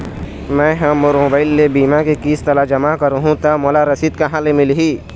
मैं हा मोर मोबाइल ले बीमा के किस्त ला जमा कर हु ता मोला रसीद कहां ले मिल ही?